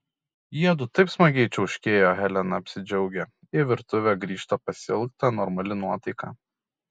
jiedu taip smagiai čiauškėjo helena apsidžiaugė į virtuvę grįžta pasiilgta normali nuotaika